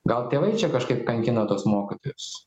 gal tėvai čia kažkaip kankina tuos mokytojus